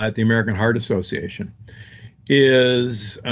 ah the american heart association is,